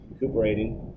recuperating